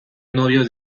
novio